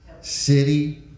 city